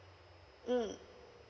mm